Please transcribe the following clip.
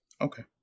Okay